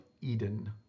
Eden